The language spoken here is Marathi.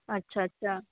अच्छा अच्छा